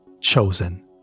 chosen